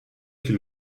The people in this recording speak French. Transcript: qu’il